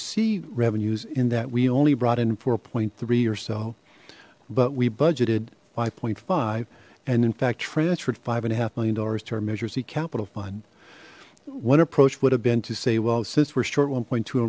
see revenues in that we only brought in four three or so but we budgeted five five and in fact transferred five and a half million dollars to our measure c capital fund one approach would have been to say well since we're short one point t